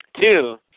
Two